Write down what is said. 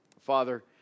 Father